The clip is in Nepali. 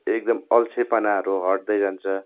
एकदम अल्छेपनाहरू हटदै जान्छ